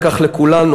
לקח לכולנו,